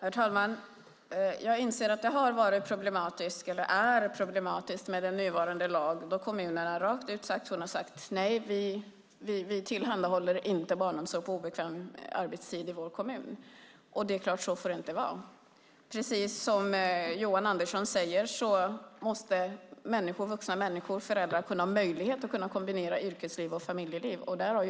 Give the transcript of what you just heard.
Herr talman! Jag inser att det har varit och är problematiskt med den nuvarande lagen, när kommunerna rakt ut har kunnat säga: Nej, vi tillhandahåller inte barnomsorg på obekväm arbetstid i vår kommun. Det är klart att det inte får vara så. Precis som Johan Andersson säger måste vuxna människor, föräldrar, ha möjlighet att kombinera yrkesliv och familjeliv.